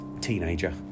teenager